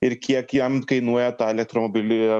ir kiek jam kainuoja tą elektromobilį